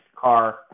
car